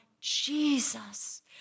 Jesus